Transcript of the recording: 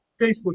Facebook